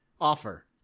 offer